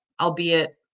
albeit